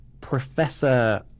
professor